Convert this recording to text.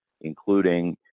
including